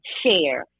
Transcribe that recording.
share